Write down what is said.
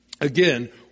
again